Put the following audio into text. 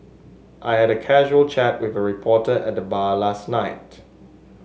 I had a casual chat with a reporter at the bar last night